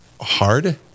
hard